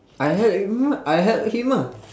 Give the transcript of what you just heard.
I help you I help him ah